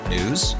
News